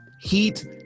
heat